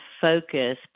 focus